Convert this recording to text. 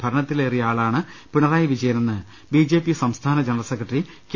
ഭരണത്തിലേറിയ ആളാണ് പിണറായി വിജയനെന്ന് ബിജെപി സംസ്ഥാന ജനറൽ സെക്രട്ടറി കെ